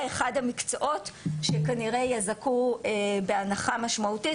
אחד המקצועות שכנראה יזכו בהנחה משמעותית.